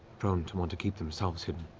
prone to want to keep themselves hidden.